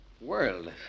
World